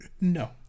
No